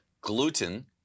gluten